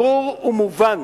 ברור ומובן